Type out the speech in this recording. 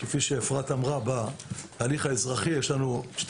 כפי שאפרת אמרה יש לנו בהליך האזרחי שתי